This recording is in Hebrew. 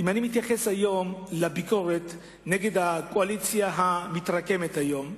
אם אני מסתכל היום על הביקורת נגד הקואליציה המתרקמת היום,